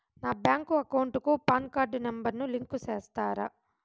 నా bank account కు PAN card number ను లింకు సేస్తారా?